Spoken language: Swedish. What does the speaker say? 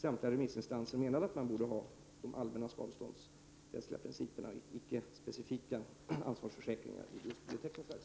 Samtliga remissinstanser menade att man borde tilllämpa de allmänna skadeståndsrättsliga principerna och inte ha specifika ansvarsförsäkringar för bioteknisk verksamhet.